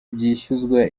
byishyuzwa